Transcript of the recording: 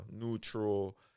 neutral